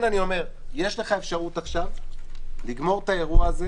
יש לך אפשרות עכשיו לגמור את האירוע הזה